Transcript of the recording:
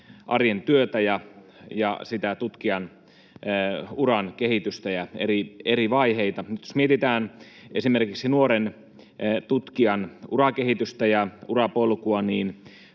arjen työtä ja sitä tutkijan uran kehitystä ja eri vaiheita. Nyt jos mietitään esimerkiksi nuoren tutkijan urakehitystä ja urapolkua,